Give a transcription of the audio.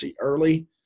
early